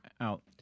out